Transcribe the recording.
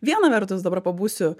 viena vertus dabar pabūsiu